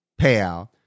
payout